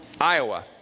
Iowa